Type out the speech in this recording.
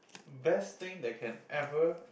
best thing that can ever